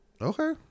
Okay